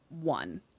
one